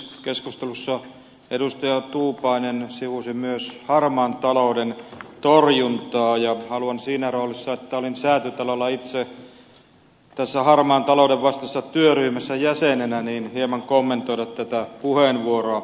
keskustelussa edustaja tuupainen sivusi myös harmaan talouden torjuntaa ja haluan siinä roolissa että olin säätytalolla itse tässä harmaan talouden vastaisessa työryhmässä jäsenenä hieman kommentoida tätä puheenvuoroa